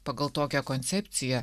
pagal tokią koncepciją